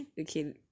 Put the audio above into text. Okay